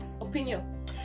Opinion